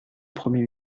premier